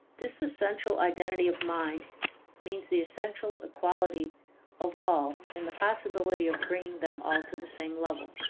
this essential identity of mind means the essential equality of all and the possibility of bringing them all to the same level.